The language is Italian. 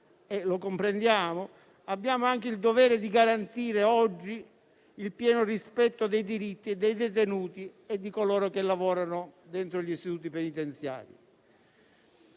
- lo comprendiamo - abbiamo anche il dovere di garantire oggi il pieno rispetto dei diritti dei detenuti e di coloro che lavorano dentro gli istituti penitenziari.